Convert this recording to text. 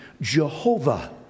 Jehovah